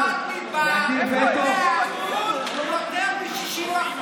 100% זה יותר מ-60%.